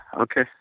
Okay